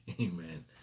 Amen